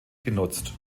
genutzt